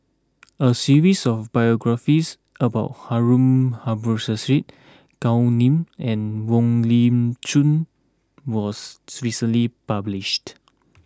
a series of biographies about Harun Aminurrashid Gao Ning and Wong Lip Chin was recently published